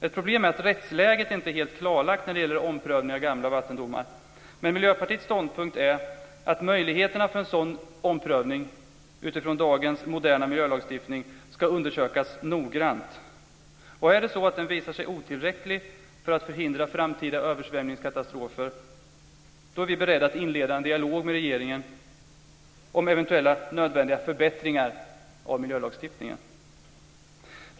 Ett problem är att rättsläget inte är helt klarlagt när det gäller omprövning av gamla vattendomar, men Miljöpartiets ståndpunkt är att möjligheterna för en sådan omprövning utifrån dagens moderna miljölagstiftning ska undersökas noggrant, och är det så att den visar sig vara otillräcklig för att förhindra framtida översvämningskatastrofer är vi beredda att inleda en dialog med regeringen om eventuella nödvändiga förbättringar av miljölagstiftningen.